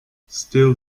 still